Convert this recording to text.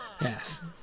Yes